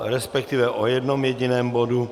Respektive o jednom jediném bodu.